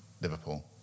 Liverpool